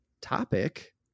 topic